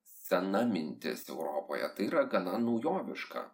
sena mintis europoje tai yra gana naujoviška